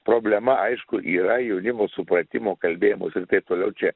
problema aišku yra jaunimo supratimo kalbėjimo ir taip toliau čia